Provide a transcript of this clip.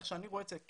איך שאני רואה את זה,